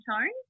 tone